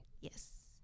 yes